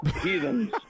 heathens